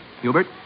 Hubert